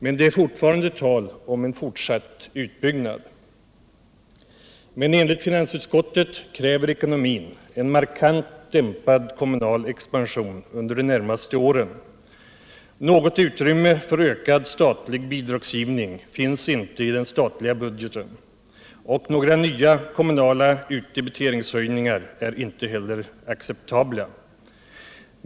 Men det är fortfarande tal om en fortsatt utbyggnad. Enligt finansutskottet kräver ekonomin emellertid en markant dämpad kommunal expansion under de närmaste åren. Något utrymme för ökad statlig bidragsgivning finns inte i den statliga budgeten, och några kommunala utdebiteringshöjningar är inte heller acceptabla.